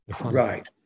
Right